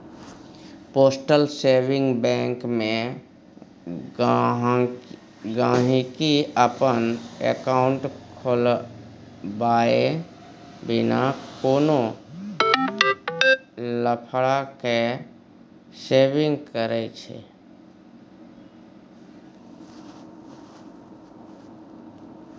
postal saving bank मे गांहिकी अपन एकांउट खोलबाए बिना कोनो लफड़ा केँ सेविंग करय छै